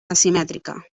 asimètrica